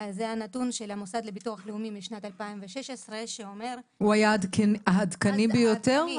וזה הנתון של המוסד לביטוח לאומי משנת 2016. הוא היה העדכני ביותר?